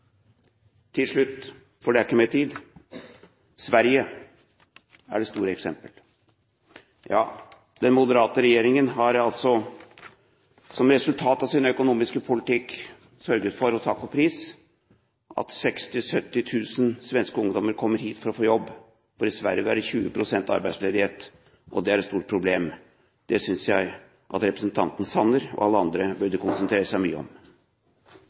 Til slutt, for det er ikke mer tid: Sverige er det store eksemplet. Ja, Moderaternas regjering har som resultat av sin økonomiske politikk sørget for, og takk og pris, at 60 000–70 000 svenske ungdommer kommer hit for å få jobb, for i Sverige er det 20 pst. arbeidsledighet. Det er et stort problem. Det synes jeg at representanten Sanner og alle andre burde konsentrere seg mye om.